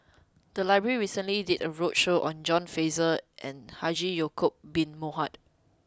the library recently did a roadshow on John Fraser and Haji Ya'Acob Bin Mohamed